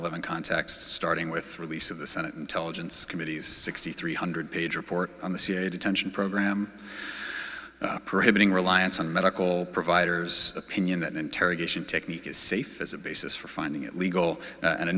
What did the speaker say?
eleven context starting with release of the senate intelligence committee's sixty three hundred page report on the cia detention program preventing reliance on medical providers opinion that interrogation technique is safe as a basis for finding it legal and a